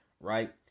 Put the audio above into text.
Right